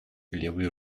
левой